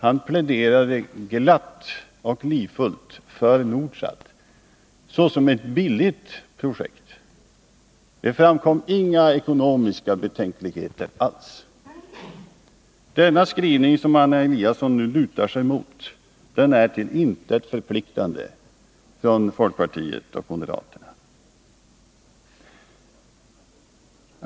Han pläderade glatt och livfullt för Nordsat såsom ett billigt projekt. Det framkom inga ekonomiska betänkligheter alls. Den skrivning som Anna Eliasson nu lutar sig mot är till intet förpliktande för folkpartisterna och moderaterna.